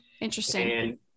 Interesting